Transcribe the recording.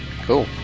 Cool